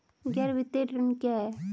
गैर वित्तीय ऋण क्या है?